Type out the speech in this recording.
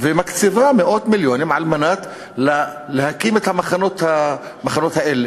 מקציבה מאות מיליונים להקים את המחנות האלה.